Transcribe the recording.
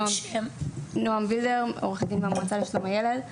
נעם וילדר, עו"ד מהמועצה לשלום הילד.